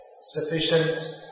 sufficient